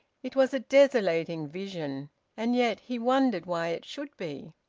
it was a desolating vision and yet he wondered why it should be!